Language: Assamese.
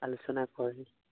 আলোচনা কৰে